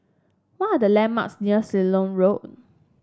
what are the landmarks near Ceylon Road